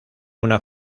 una